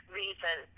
reason